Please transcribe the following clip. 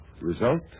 Result